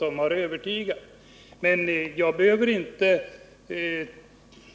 Denna min bedömning behöver inte på